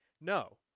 no